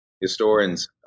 historians